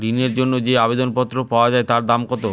ঋণের জন্য যে আবেদন পত্র পাওয়া য়ায় তার দাম কত?